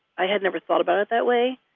i had never thought about it that way.